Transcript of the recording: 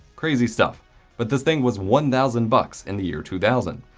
crazy stuff but this thing was one thousand bucks in the year two thousand.